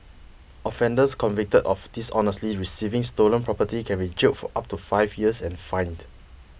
offenders convicted of dishonestly receiving stolen property can be jailed for up to five years and fined